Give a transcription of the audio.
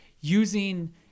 using